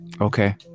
Okay